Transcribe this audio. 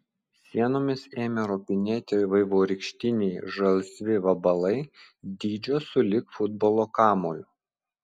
sienomis ėmė ropinėti vaivorykštiniai žalsvi vabalai dydžio sulig futbolo kamuoliu